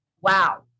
Wow